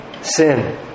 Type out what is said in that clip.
Sin